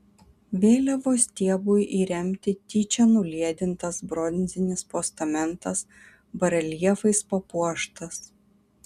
vėliavos stiebui įremti tyčia nuliedintas bronzinis postamentas bareljefais papuoštas